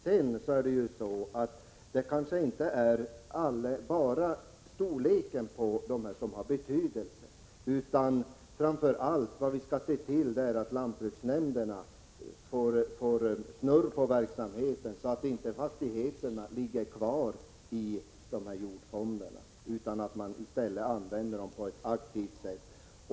Sedan är det kanske inte bara storleken som har betydelse. Framför allt skall vi se till att lantbruksnämnderna får fart på verksamheten, så att inte fastigheterna ligger kvar i jordfonderna utan används aktivt.